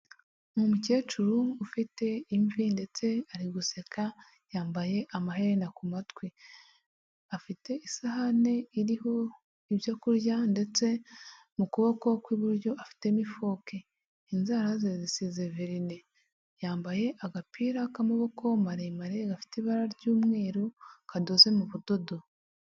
Umukecuru ufite imvi ndetse ari guseka yambaye amaherena ku matwi afite isahani iriho ibyo kurya ndetse mu kuboko kw'iburyo afitemo ifuke inzara ze ziseze verine yambaye agapira k'amaboko maremare gafite ibara ry'umweru kadoze mu budodo.